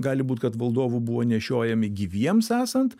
gali būt kad valdovų buvo nešiojami gyviems esant